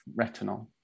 retinol